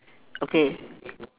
okay